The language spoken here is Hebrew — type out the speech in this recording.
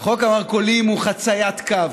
חוק המרכולים הוא חציית קו,